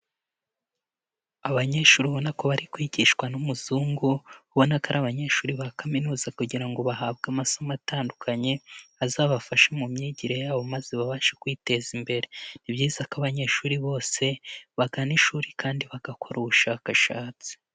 Abanyeshuri ubona ko bari kwigishwa n'umuzungu, ubona ko ari abanyeshuri ba kaminuza kugira ngo bahabwe amasomo atandukanye, azabafashe mu myigire yabo maze babashe kwiteza imbere. Ni byiza ko abanyeshuri bose, bagana ishuri kandi bagakora ubushakashatsi.